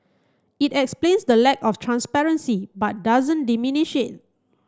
it explains the lack of transparency but doesn't diminish